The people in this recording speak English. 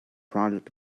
product